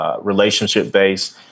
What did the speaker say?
relationship-based